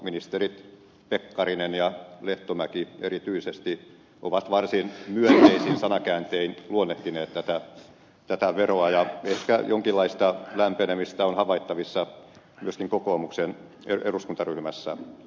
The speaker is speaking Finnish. ministerit pekkarinen ja lehtomäki erityisesti ovat varsin myönteisin sanankääntein luonnehtineet tätä veroa ja ehkä jonkinlaista lämpenemistä on havaittavissa myöskin kokoomuksen eduskuntaryhmässä